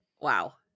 Wow